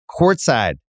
courtside